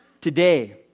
Today